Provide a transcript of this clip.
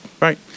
Right